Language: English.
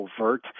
overt